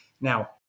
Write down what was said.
Now